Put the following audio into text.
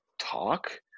talk